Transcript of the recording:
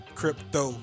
crypto